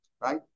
right